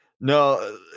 No